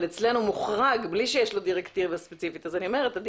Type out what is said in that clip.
אבל אצלנו הוא מוחרג בלי שיש לו דירקטיבה ספציפית אז אני אומרת שאולי